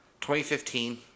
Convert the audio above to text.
2015